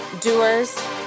doers